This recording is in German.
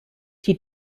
die